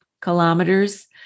kilometers